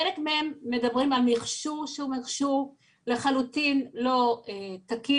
חלק מהם מדברים על מכשור שהוא לחלוטין לא תקין,